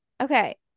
Okay